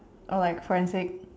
or like Forensic